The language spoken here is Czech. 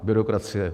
Byrokracie.